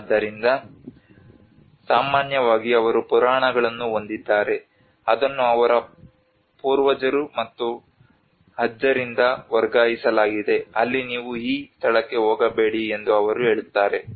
ಆದ್ದರಿಂದ ಸಾಮಾನ್ಯವಾಗಿ ಅವರು ಪುರಾಣಗಳನ್ನು ಹೊಂದಿದ್ದಾರೆ ಅದನ್ನು ಅವರ ಪೂರ್ವಜರು ಮತ್ತು ಅಜ್ಜರಿಂದ ವರ್ಗಾಯಿಸಲಾಗಿದೆ ಅಲ್ಲಿ ನೀವು ಈ ಸ್ಥಳಕ್ಕೆ ಹೋಗಬೇಡಿ ಎಂದು ಅವರು ಹೇಳುತ್ತಾರೆ